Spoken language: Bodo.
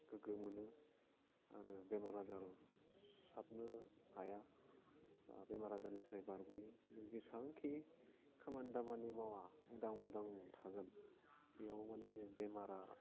गोग्गो मोनो आरो बेमार आजार साबनो हाया बेमार आजारनिफ्राय बारगयो नों जेसेबांखि खामानि दामानि मावा उदां उदां थागोन बेयाव माने बेमारा